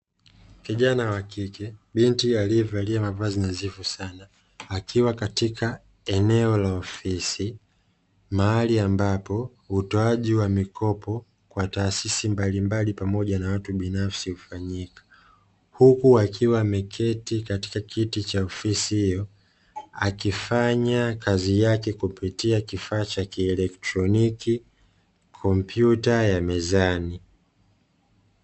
Kijana wakike binti aliyevalia mavazi nadhifu sana akiwa katika eneo la ofisi mahali ambapo utoaji wa mikopo kwa taasisi mbalimbali pamoja na watu binafsi hufanyika. Huku akiwa ameketi katika kiti cha ofisi hiyo akifanya kazi yake kupitia kifaa cha kielektroniki kompyuta ya mezani.